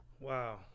Wow